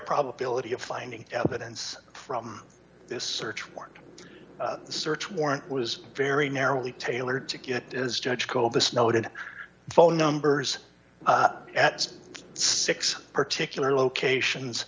probability of finding evidence from this search warrant a search warrant was very narrowly tailored to get as judge gold this noted phone numbers at six particular locations